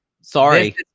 sorry